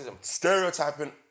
Stereotyping